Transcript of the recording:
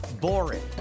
boring